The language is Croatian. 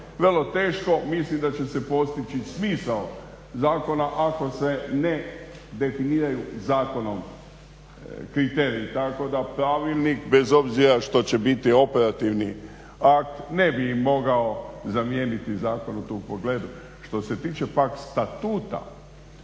Vrlo teško. Mislim da će se postići smisao zakona ako se ne definiraju zakonom kriteriji tako da pravilnik bez obzira što će biti operativni akt ne bi im mogao zamijeniti zakon u tom pogledu. Što se tiče pak statuta